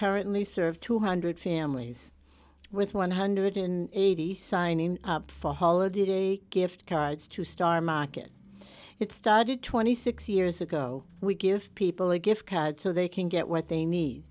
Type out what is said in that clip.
currently serve two hundred dollars families with one hundred in the signing up for holiday gift cards to star market it started twenty six years ago we give people a gift card so they can get what they need